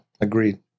agreed